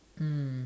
mm